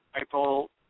April